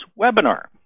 webinar